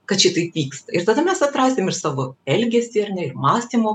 kad šitaip vyksta ir tada mes atrasim ir savo elgesį ar ne ir mąstymo